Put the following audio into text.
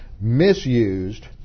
misused